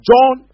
John